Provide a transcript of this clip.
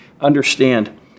understand